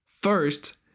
First